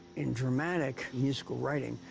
in dramatic musical writing,